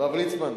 הרב ליצמן,